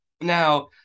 Now